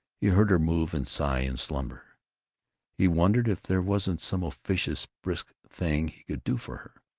he heard her move and sigh in slumber he wondered if there wasn't some officious brisk thing he could do for her,